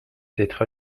d’être